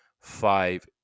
five